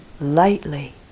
lightly